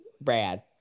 Brad